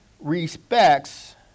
respects